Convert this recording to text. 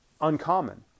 uncommon